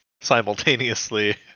simultaneously